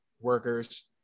workers